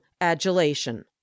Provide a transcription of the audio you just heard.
adulation